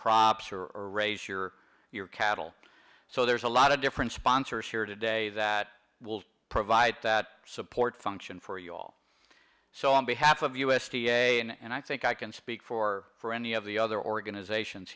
crops or raise your your cattle so there's a lot of different sponsors here today that will provide that support function for you all so on behalf of u s d a and i think i can speak for for any of the other organizations